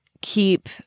keep